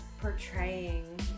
portraying